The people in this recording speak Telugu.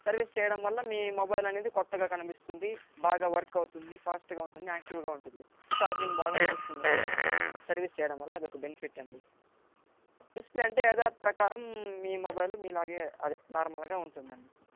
సర్వీస్ చెయ్యడం వల్ల మీ మొబైల్ అనేది కొత్తగా కనిపిస్తుంది బాగా వర్క్ అవుతుంది ఫాస్ట్గా ఉంటుంది యాక్టివ్గా ఉంటుంది ఛార్జింగ్ బాగా నిలుస్తుంది కూడా సర్వీస్ చెయ్యడం వల్ల అదొక బెన్ఫిట్ అండి డిసప్లే అంటే యధాప్రకారం మీ మొబైలు మీలాగే అదే నోర్మల్గా ఉంటుందండి